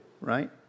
right